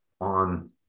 on